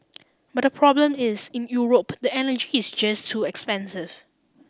but the problem is in Europe the energy is just too expensive